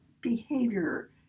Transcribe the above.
behavior